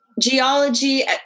geology